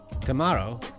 Tomorrow